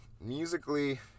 musically